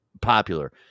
popular